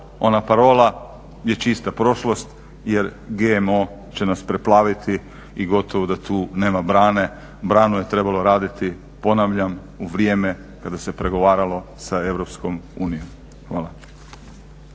ona parola je čista prošlost jer GMO će nas preplaviti i gotovo da tu nema brane, branu je trebalo raditi ponavljam u vrijeme kada se pregovaralo sa Europskom